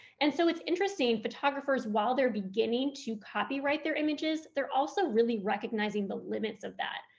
and so it's interesting photographers while they're beginning to copyright their images they're also really recognizing the limits of that,